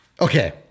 okay